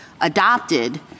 adopted